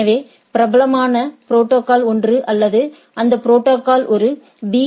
எனவே பிரபலமான புரோட்டோகால்களில் ஒன்று அல்லது அந்த புரோட்டோகால் ஒரு பி